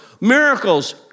Miracles